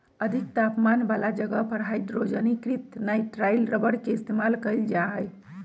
अधिक तापमान वाला जगह पर हाइड्रोजनीकृत नाइट्राइल रबर के इस्तेमाल कइल जा हई